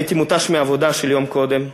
הייתי מותש מהעבודה של היום הקודם.